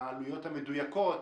ולעלויות המדויקות,